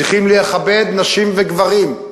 צריכים לכבד נשים וגברים,